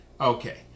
Okay